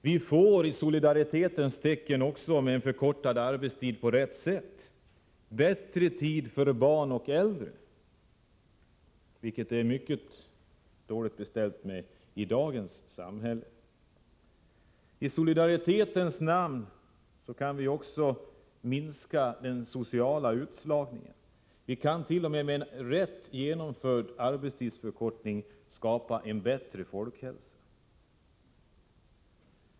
Med en på rätt sätt förkortad arbetstid får vi i solidaritetens tecken också bättre tid för barn och äldre, något som det är mycket illa beställt med i dagens samhälle. I solidaritetens namn kan vi också minska den sociala utslagningen. Med en rätt genomförd arbetstidsförkortning kan vi t.o.m. skapa en bättre folkhälsa.